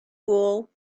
wool